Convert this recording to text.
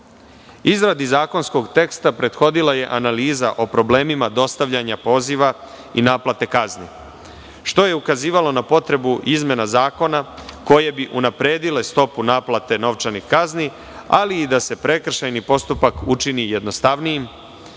zakonskog teksta prethodila je analiza o problemima dostavljanja poziva i naplate kazni, što je ukazivalo na potrebu izmena zakona, koje bi unapredile stopu naplate novčanih kazni, ali i da se prekršajni postupak učini jednostavnijim